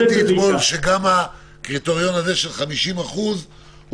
בפועל יש שם אוכלוסייה מעורבת בגלל התמונה שציירת של משפחות מעורבות